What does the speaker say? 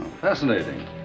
Fascinating